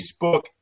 Facebook